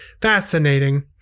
fascinating